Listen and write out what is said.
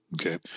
Okay